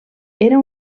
era